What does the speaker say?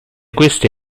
queste